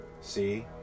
see